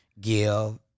give